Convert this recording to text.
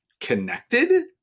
connected